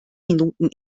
minuten